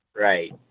Right